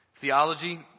Theology